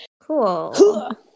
Cool